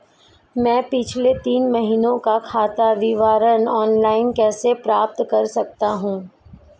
मैं पिछले तीन महीनों का खाता विवरण ऑनलाइन कैसे प्राप्त कर सकता हूं?